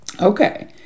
Okay